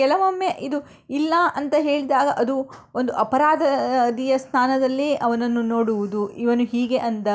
ಕೆಲವೊಮ್ಮೆಇದು ಇಲ್ಲ ಅಂತ ಹೇಳಿದಾಗ ಅದು ಒಂದು ಅಪರಾಧಿಯ ಸ್ಥಾನದಲ್ಲಿ ಅವನನ್ನು ನೋಡುವುದು ಇವನು ಹೀಗೆ ಅಂದ